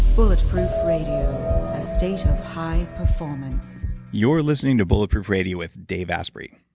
bulletproof radio, a state of high performance you're listening to bulletproof radio with dave asprey.